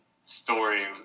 story